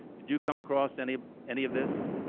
did you come across any any of this?